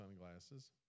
sunglasses